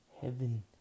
heaven